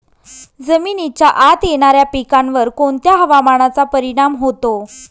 जमिनीच्या आत येणाऱ्या पिकांवर कोणत्या हवामानाचा परिणाम होतो?